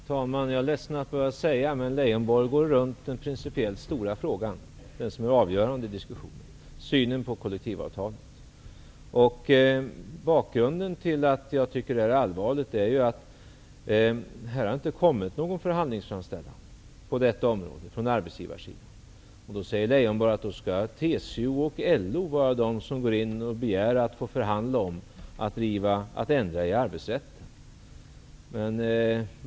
Herr talman! Jag är ledsen att behöva säga det, men Lars Leijonborg går runt den principiellt stora frågan, den som är avgörande i diskussionen, synen på kollektivavtalen. Bakgrunden till att jag tycker att det är allvarligt är ju att det inte har kommit någon förhandlingsframställan på arbetsrättens område från arbetsgivarsidan. Då säger Leijonborg att TCO och LO skall vara de som begär att få förhandla om att ändra i arbetsrätten.